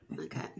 Okay